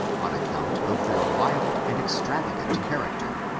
on account of their wild and extravagant character,